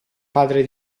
padre